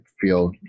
feel